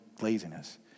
laziness